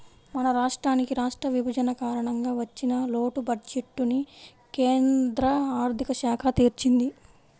మన రాష్ట్రానికి రాష్ట్ర విభజన కారణంగా వచ్చిన లోటు బడ్జెట్టుని కేంద్ర ఆర్ధిక శాఖ తీర్చింది